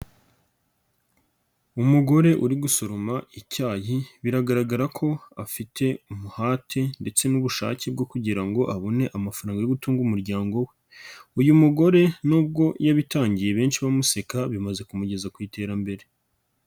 Umugore uri gusoroma icyayi biragaragara ko afite umuhate ndetse n'ubushake bwo kugira ngo abone amafaranga yo gutunga umuryango we, uyu mugore nubwo yabitangiye benshi bamuseka bimaze kumugeza ku iterambere.